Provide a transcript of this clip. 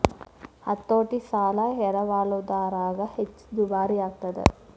ಹತೋಟಿ ಸಾಲ ಎರವಲುದಾರಗ ಹೆಚ್ಚ ದುಬಾರಿಯಾಗ್ತದ